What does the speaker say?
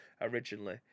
originally